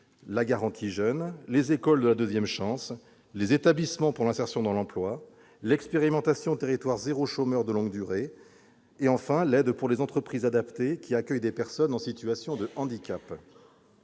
la garantie jeunes, les écoles de la deuxième chance, les établissements pour l'insertion dans l'emploi, l'expérimentation « Territoires zéro chômeur de longue durée » et, enfin, l'aide aux entreprises adaptées qui accueillent des personnes en situation de handicap.